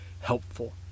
helpful